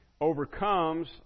overcomes